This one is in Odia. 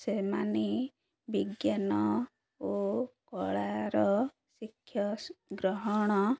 ସେମାନେ ବିଜ୍ଞାନ ଓ କଳାର ଶିକ୍ଷା ଗ୍ରହଣ